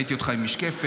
ראיתי אותך עם משקפת,